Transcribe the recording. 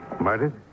Murdered